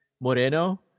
Moreno